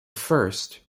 first